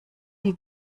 die